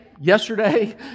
yesterday